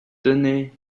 tenez